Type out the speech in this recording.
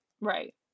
Right